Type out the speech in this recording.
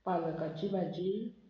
पालकाची भाजी